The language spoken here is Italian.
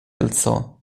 alzò